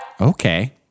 Okay